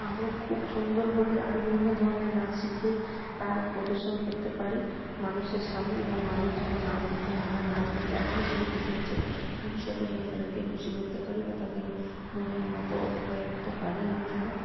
আরও খুব সুন্দরভাবে আরো বিভিন্ন ধরণের নাচ শিখে তা প্রদর্শন করতে পারি মানুষের সামনে এবং মানুষ যেন নাচ দেখে আমার নাচ দেখে এখনও যেভাবে খুশি হচ্ছে ভবিষ্যতেও যেন তাদেরকে খুশি করতে পারি বা তাদের মনের মতো হয়ে উঠতে পারি আমি যেন